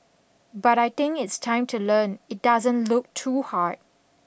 but I think it's time to learn it doesn't look too hard